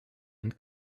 and